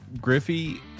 Griffey